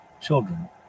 Children